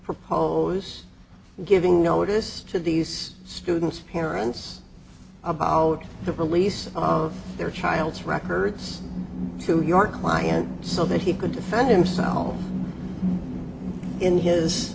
propose giving notice to these students parents about the release of their child's records to your client so that he could defend themselves in his